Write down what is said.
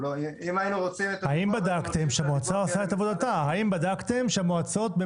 אם היינו רוצים את הדיווח --- האם בדקתם שהמועצה עושה את עבודתה?